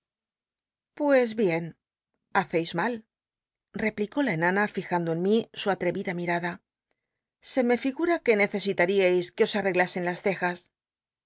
pues bien haccis mal replicó la enana fijando en mi su atrevida mirada se me figura que necesitaríais c ue os arreglasen las cejas